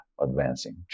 advancing